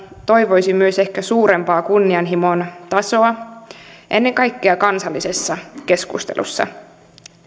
toivoisi myös ehkä suurempaa kunnianhimon tasoa ennen kaikkea kansallisessa keskustelussa